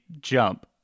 jump